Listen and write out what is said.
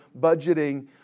budgeting